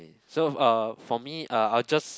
so uh for me uh I'll just